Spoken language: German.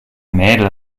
mädel